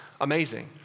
amazing